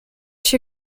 się